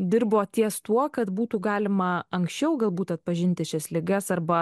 dirbo ties tuo kad būtų galima anksčiau galbūt atpažinti šias ligas arba